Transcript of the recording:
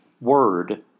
word